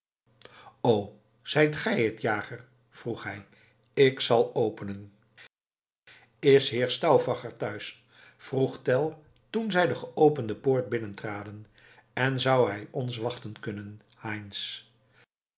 o zijt gij het jager vroeg hij ik zal openen is heer stauffacher thuis vroeg tell toen zij de geopende poort binnentraden en zou hij ons wachten kunnen